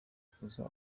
kuza